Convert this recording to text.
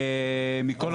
מכל החלקים.